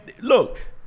look